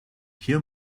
hier